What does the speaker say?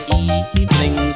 evening